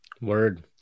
Word